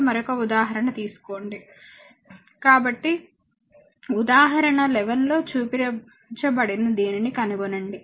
1918 చూడండి స్లయిడ్ సమయం కాబట్టి ఉదాహరణ 11 లో చూపించబడిన దీనిని కనుగొనండి